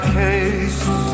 case